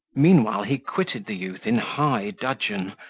meanwhile he quitted the youth in high dudgeon,